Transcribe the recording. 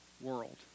world